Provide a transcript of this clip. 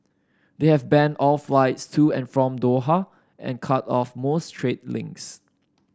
they have banned all flights to and from Doha and cut off most trade links